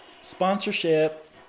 Sponsorship